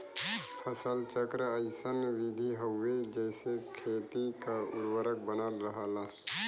फसल चक्र अइसन विधि हउवे जेसे खेती क उर्वरक बनल रहला